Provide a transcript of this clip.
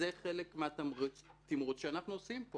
אין כאן איזון.